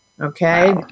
Okay